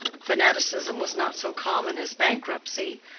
fanaticism was not so common as bankruptcy,